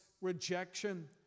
rejection